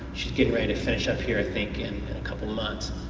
she's getting ready to finish up here i think in and a couple months,